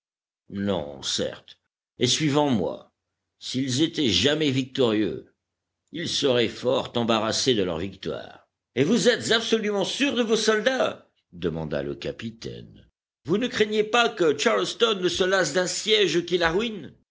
non certes et suivant moi s'ils étaient jamais victorieux ils seraient fort embarrassés de leur victoire et vous êtes absolument sûr de vos soldats demanda le capitaine vous ne craignez pas que charleston ne se lasse d'un siège qui la ruine